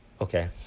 okay